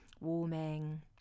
warming